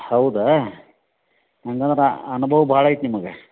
ಹೌದಾ ಹಂಗಂದ್ರೆ ಅನುಭವ ಭಾಳ ಐತೆ ನಿಮಗೆ